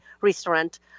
restaurant